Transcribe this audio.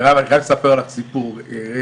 מירב אני חייב לספר לך סיפור אישי.